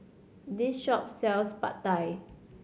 this shop sells Pad Thai